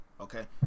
Okay